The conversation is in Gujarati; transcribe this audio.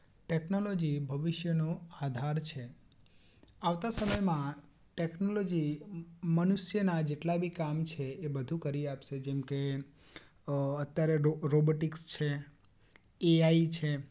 ટેકનોલોજી ભવિષ્યનો આધાર છે આવતા સમયમાં ટેકનોલોજી મનુષ્યના જેટલા બી કામ છે એ બધુ કરી આપશે જેમકે અત્યારે રોબોટિક્સ છે એઆઈ છે